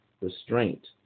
restraint